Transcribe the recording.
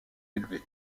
élevée